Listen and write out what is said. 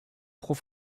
trop